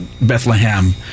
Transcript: Bethlehem